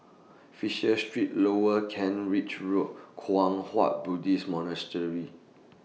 Fisher Street Lower Kent Ridge Road Kwang Hua Buddhist Monastery